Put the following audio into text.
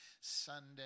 Sunday